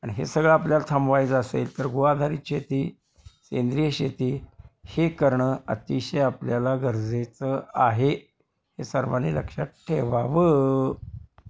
आणि हे सगळं आपल्याला थांबवायचं असेल तर गो आधारित शेती सेंद्रिय शेती हे करणं अतिशय आपल्याला गरजेचं आहे हे सर्वांनी लक्षात ठेवावं